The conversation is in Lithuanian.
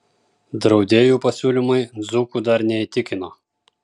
draudėjų pasiūlymai dzūkų dar neįtikino